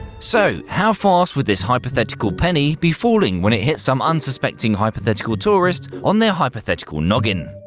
so how fast would this hypothetical penny be falling when it hit some unsuspecting hypothetical tourist on their hypothetical noggin?